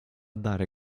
dare